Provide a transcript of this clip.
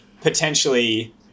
potentially